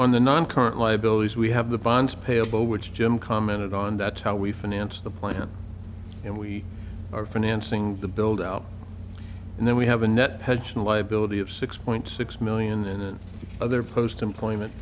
on the non current liabilities we have the bonds payable which jim commented on that how we finance the plan and we are financing the build out and then we have a net pension liability of six point six million and the other post employment